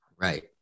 Right